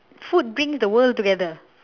food brings the world together